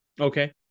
Okay